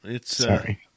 Sorry